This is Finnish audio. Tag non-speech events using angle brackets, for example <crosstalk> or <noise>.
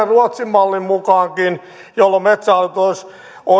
<unintelligible> ruotsin mallin mukaankin jolloin metsähallituksen